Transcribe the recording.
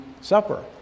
supper